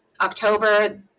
October